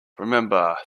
remember